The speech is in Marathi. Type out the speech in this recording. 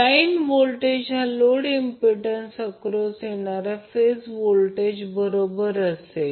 लाईन व्होल्टेज हा लोड इम्पिडंन्स अक्रॉस येणारा फेज व्होल्टेज बरोबर असेल